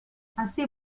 ací